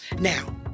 Now